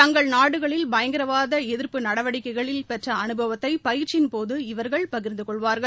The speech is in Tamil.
தங்கள் நாடுகளில் பயங்கரவாத எதிர்ப்பு நடவடிக்கைகளில் பெற்ற அனுபவத்தை பயிற்சியின்போது இவர்கள் பகிர்ந்து கொள்வார்கள்